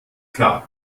klar